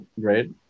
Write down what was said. great